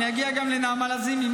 אני אגיע גם לנעמה לזימי,